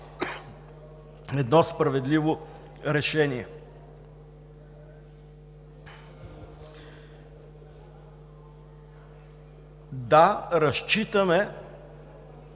едно справедливо решение. Да, разчитаме